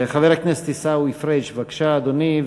חבר הכנסת עיסאווי פריג' בבקשה, אדוני.